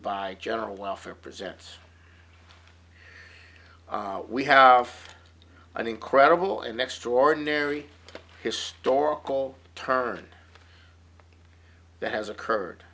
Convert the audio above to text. by general welfare presents we have an incredible and extraordinary historical turn that has occurred